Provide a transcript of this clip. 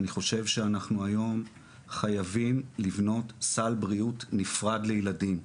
אני חושב שאנחנו היום חייבים לבנות סל בריאות נפרד לילדים.